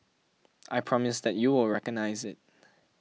I promise that you will recognise it